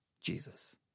Jesus